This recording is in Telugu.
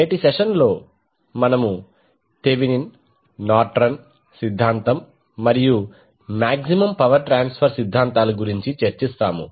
నేటి సెషన్లో మనము థెవెనిన్ నార్టన్ సిద్ధాంతం మరియు మాక్సిమం పవర్ ట్రాన్స్ఫర్ సిద్ధాంతాల గురించి చర్చిస్తాము